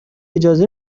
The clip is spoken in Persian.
اجازه